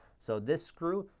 so this screw,